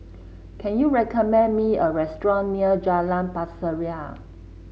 can you recommend me a restaurant near Jalan Pasir Ria